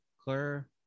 Claire